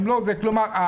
כלומר,